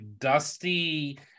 dusty